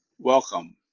Welcome